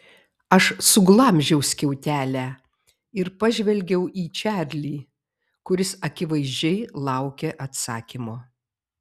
aš suglamžiau skiautelę ir pažvelgiau į čarlį kuris akivaizdžiai laukė atsakymo